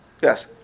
Yes